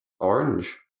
Orange